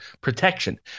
protection